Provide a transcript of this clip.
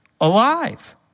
alive